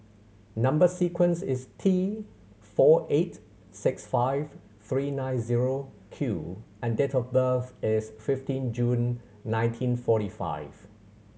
number sequence is T four eight six five three nine zero Q and date of birth is fifteen June nineteen forty five